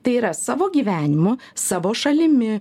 tai yra savo gyvenimu savo šalimi